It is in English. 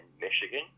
Michigan